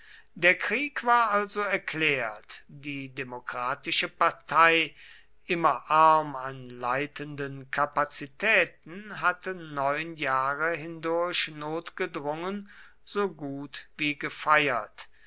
der krieg war also erklärt die demokratische partei immer arm an leitenden kapazitäten hatte neun jahre hindurch notgedrungen so gut wie gefeiert